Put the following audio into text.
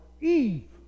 Eve